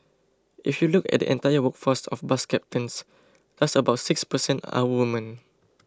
if you look at entire workforce of bus captains just about six per cent are women